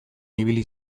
ibili